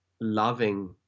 loving